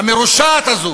המרושעת הזו,